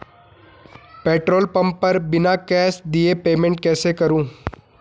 Petrol pump पर बिना cash दिए पेमेंट कैसे करूँ?